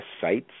sites